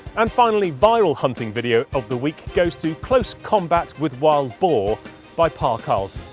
and finally viral hunting video of the week goes to close combat with wild boar by par karlsson.